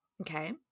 Okay